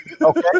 Okay